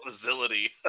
facility